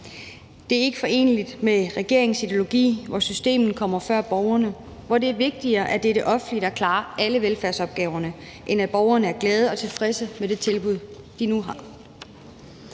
Det er ikke foreneligt med regeringens ideologi, hvor systemet kommer før borgerne, hvor det er vigtigere, at det er det offentlige, der klarer alle velfærdsopgaverne, end at borgerne er glade og tilfredse med det tilbud, de nu har.